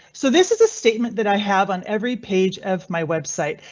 so this is a statement that i have on every page of my website.